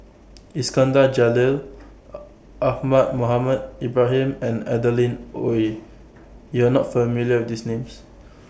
Iskandar Jalil Ahmad Mohamed Ibrahim and Adeline Ooi YOU Are not familiar with These Names